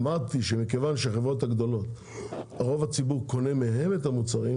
אמרתי שמכיוון שרוב הציבור קונה את המוצרים מהחברות הגדולות,